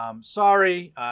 Sorry